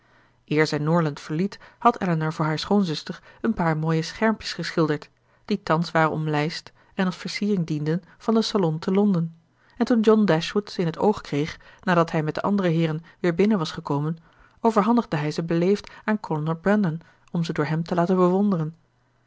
zij norland verliet had elinor voor haar schoonzuster een paar mooie schermpjes geschilderd die thans waren omlijst en als versiering dienden van den salon te londen en toen john dashwood ze in het oog kreeg nadat hij met de andere heeren weer binnen was gekomen overhandigde hij ze beleefd aan kolonel brandon om ze door hem te laten bewonderen